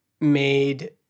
made